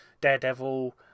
Daredevil